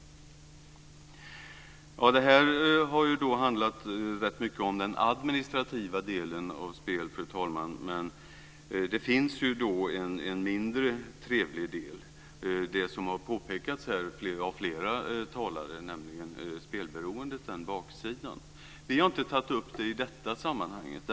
Det här har handlat rätt mycket om den administrativa delen av spel, fru talman. Men det finns, som har påpekats av flera talare, en mindre trevlig del, nämligen spelberoendet. Vi har inte tagit upp det i det här sammanhanget.